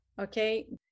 okay